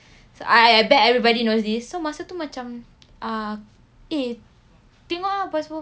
so I I bet everybody knows this so masa tu macam ah eh tengok ah boys over